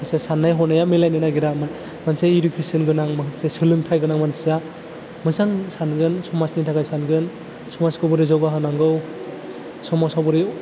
माखासे साननाय हनाया मिलायनो नागिरा मोनसे इटुकेसन गोनां सोलोंथाइ गोनां मानसिया मोजां सानगोन समाजनि थाखाय सानगोन समाजखौ बोरै जौगाहानांगौ समाजाव बोरै